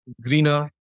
greener